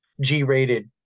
G-rated